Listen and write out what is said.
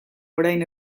orain